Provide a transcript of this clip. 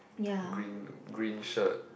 green green shirt